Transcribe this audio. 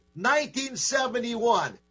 1971